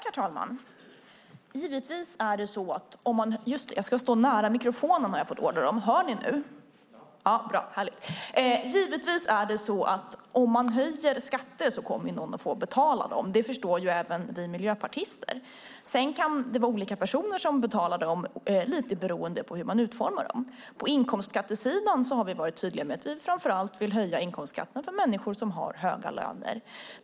Herr talman! Om man höjer skatter kommer givetvis någon att få betala det. Det förstår även vi miljöpartister. Sedan kan det vara olika personer som betalar detta lite beroende på hur man utformar det. På inkomstskattesidan har vi varit tydliga med att vi framför allt vill höja inkomstskatterna för människor som har höga löner.